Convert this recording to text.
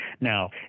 Now